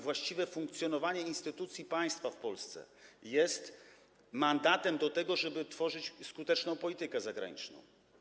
Właściwe funkcjonowanie instytucji państwa w Polsce jest mandatem do tego, żeby tworzyć skuteczną politykę zagraniczną.